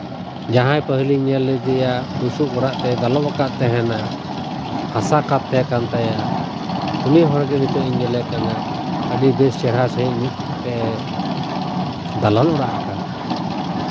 ᱡᱟᱦᱟᱸᱭ ᱯᱟᱹᱦᱤᱞᱤᱧ ᱧᱮᱞ ᱞᱮᱫᱮᱭᱟ ᱵᱩᱥᱩᱵ ᱚᱲᱟᱜ ᱛᱮᱭ ᱫᱟᱞᱚᱵ ᱟᱠᱟᱫ ᱛᱟᱦᱮᱸᱫᱼᱮ ᱦᱟᱥᱟ ᱠᱟᱸᱛ ᱛᱟᱦᱮᱸ ᱠᱟᱱ ᱛᱟᱭᱟ ᱩᱱᱤ ᱦᱚᱲᱜᱮ ᱱᱤᱛᱳᱜ ᱤᱧ ᱧᱮᱞᱮ ᱠᱟᱱᱟ ᱟᱹᱰᱤ ᱵᱮᱥ ᱪᱮᱦᱨᱟ ᱥᱟᱺᱦᱤᱡ ᱢᱤᱫᱴᱮᱱ ᱮ ᱫᱟᱞᱟᱱ ᱚᱲᱟᱜ ᱟᱠᱟᱫᱟ